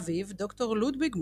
אביו, ד"ר לודוויג מונד,